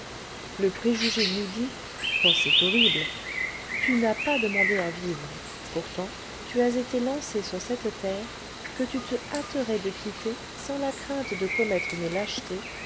le préjugé nous dit oh c'est horrible tu n'as pas demandé à vivre pourtant tu as été lancé sur cette terre que tu te hâterais de quitter sans la crainte de commettre une lâcheté